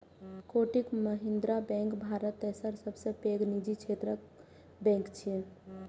Kotak Mahindra bank Bharat तेसर सबसं पैघ निजी क्षेत्रक बैंक छियै